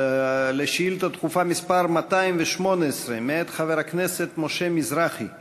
על שאילתה דחופה מס' 218 מאת חבר הכנסת משה מזרחי בנושא: